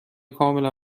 کاملا